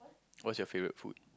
what's your favorite food